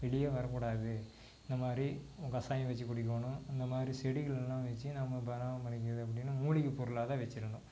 வெளியே வரக்கூடாது இந்த மாதிரி கசாயம் வச்சு குடிக்கணும் இந்த மாதிரி செடிகளெல்லாம் வச்சு நம்ம பராமரிக்கிறது அப்படின்னு மூலிகை பொருளாக தான் வச்சிருந்தோம்